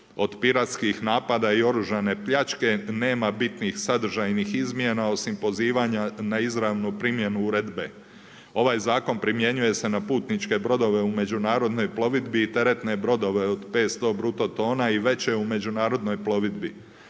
od piratskih napada i oružane pljačke nema bitnih sadržajnih izmjena osim pozivanja na izravnu primjedbu Uredbe. Ovaj zakon primjenjuje se na putničke brodove u međunarodnoj plovidbi. Na putničke brodove u nacionalnoj plovidbi